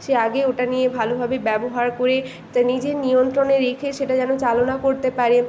সে আগে ওটা নিয়ে ভালোভাবে ব্যবহার করে তা নিজের নিয়ন্ত্রণে রেখে সেটা যেন চালনা করতে পারে